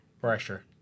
pressure